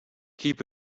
keep